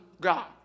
God